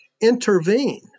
intervene